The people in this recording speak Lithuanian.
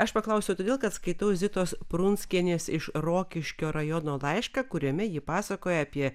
aš paklausiau todėl kad skaitau zitos prunskienės iš rokiškio rajono laišką kuriame ji pasakoja apie